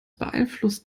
beeinflusst